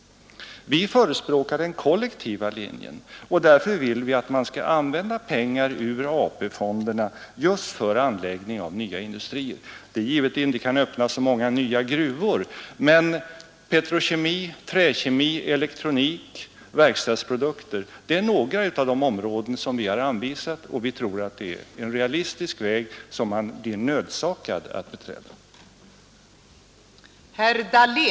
Vi förespråkar den kollektiva linjen, och därför vill vi att man skall använda pengar ur AP-fonderna just för anläggning av nya industrier. Det är givet att vi inte kan öppna så många gruvor, men petrokemi, träkemi, elektronik och verkstadsprodukter är några av de områden som vi har anvisat, och vi tror att det är en realistisk väg, som man blir nödsakad att beträda. finansministern, men svårigheten är hur man s